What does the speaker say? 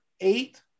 eight